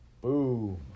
boom